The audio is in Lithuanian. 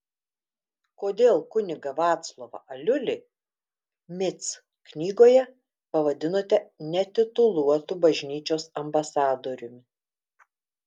kodėl kunigą vaclovą aliulį mic knygoje pavadinote netituluotu bažnyčios ambasadoriumi